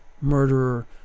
murderer